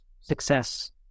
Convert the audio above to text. success